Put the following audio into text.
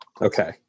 Okay